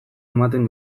ematen